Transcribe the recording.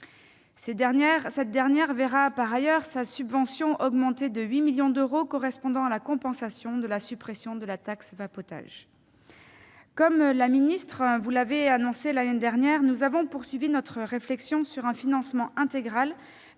Cette dernière verra par ailleurs sa subvention augmenter de 8 millions d'euros, correspondant à la compensation de la suppression de la taxe sur le vapotage. Comme la ministre vous l'avait annoncé l'année dernière, nous avons poursuivi notre réflexion sur un financement intégral